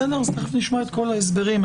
תיכף נשמע את כל הסברים.